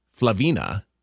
Flavina